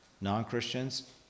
non-Christians